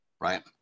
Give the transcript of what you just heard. right